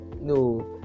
No